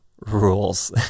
rules